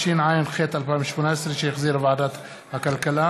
הודעה לסגן מזכירת הכנסת, בבקשה.